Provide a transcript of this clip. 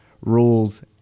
rules